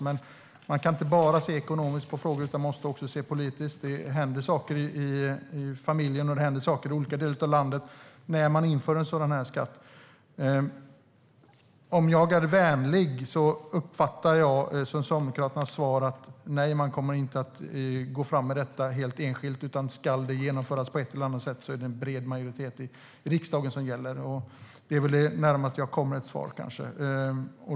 Men man kan inte bara se ekonomiskt på frågor, utan man måste också se på det politiskt - det händer saker i familjen, och det händer saker i olika delar av landet - när man inför en sådan skatt. Om jag är vänlig uppfattar jag Socialdemokraternas svar som att man inte kommer att gå fram med detta helt enskilt. Ska det genomföras på ett eller annat sätt är det en bred majoritet i riksdagen som gäller. Det är kanske det närmaste jag kommer ett svar.